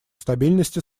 стабильности